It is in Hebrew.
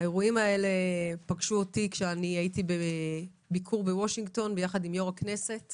האירועים האלה פגשו אותי בביקור בוושינגטון יחד עם יושב-ראש הכנסת